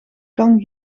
kan